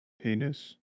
Penis